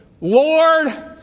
Lord